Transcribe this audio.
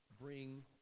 bring